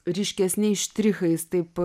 ryškesniais štrichais taip